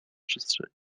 przestrzeni